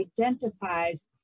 identifies